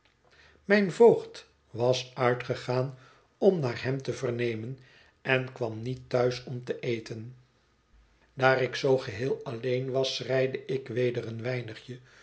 mijn voogd was uitgegaan om naar hem te vernemen en kwam niet thuis om te eten daar ik zoo geheel alleen was schreide ik weder een weinigje